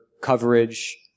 coverage